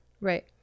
right